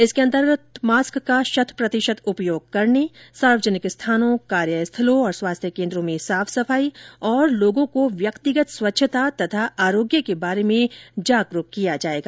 इसके अंतर्गत मास्क का शत प्रतिशत उपयोग करने सार्वजनिक स्थानों कार्यस्थलों और स्वास्थ्य केन्द्रो में साफ सफाई और लोगों को व्यक्तिगत स्वच्छता तथा आरोग्य के बारे में जागरूक बनाया जायेगा